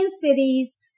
cities